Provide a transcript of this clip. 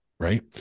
Right